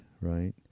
right